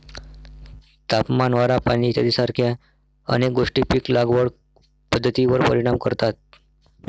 तापमान, वारा, पाणी इत्यादीसारख्या अनेक गोष्टी पीक लागवड पद्धतीवर परिणाम करतात